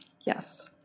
Yes